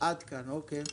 אוקי.